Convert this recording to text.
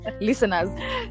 listeners